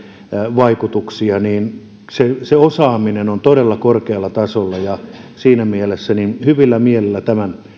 vaikutuksia se osaaminen on todella korkealla tasolla ja siinä mielessä olen hyvillä mielillä tämän